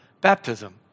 baptism